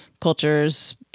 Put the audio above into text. cultures